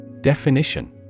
Definition